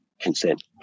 consent